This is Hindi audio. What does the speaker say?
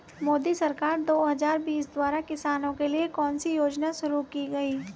मोदी सरकार दो हज़ार बीस द्वारा किसानों के लिए कौन सी योजनाएं शुरू की गई हैं?